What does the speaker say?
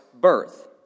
birth